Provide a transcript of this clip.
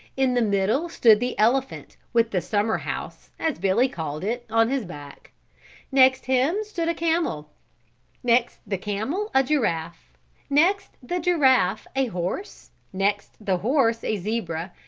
in the middle stood the elephant, with the summer house, as billy called it, on his back next him stood a camel next the camel a giraffe next the giraffe a horse next the horse, a zebra,